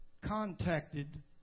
contacted